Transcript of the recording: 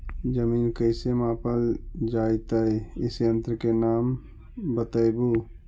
जमीन कैसे मापल जयतय इस यन्त्र के नाम बतयबु?